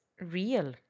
real